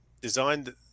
designed